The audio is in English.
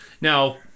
Now